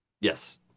Yes